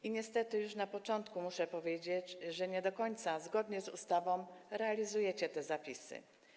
I niestety już na początku muszę powiedzieć, że nie do końca zgodnie z ustawą realizujecie te zapisy.